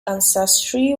ancestry